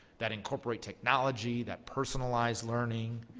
that incorporate technology, that personalize learning,